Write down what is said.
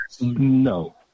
no